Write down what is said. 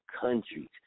countries